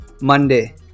Monday